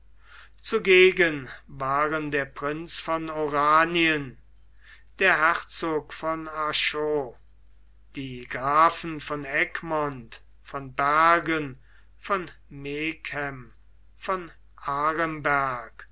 zugegen waren der prinz von oranien der herzog von arschot die grafen von egmont von bergen von megen von aremberg